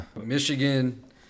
Michigan